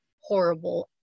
horrible